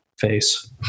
face